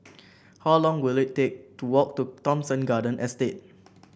how long will it take to walk to Thomson Garden Estate